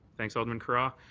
thanks, alderman carra.